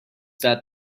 that